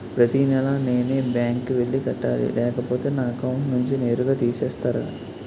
ప్రతి నెల నేనే బ్యాంక్ కి వెళ్లి కట్టాలి లేకపోతే నా అకౌంట్ నుంచి నేరుగా తీసేస్తర?